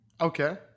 Okay